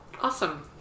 Awesome